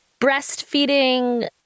breastfeeding